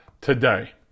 today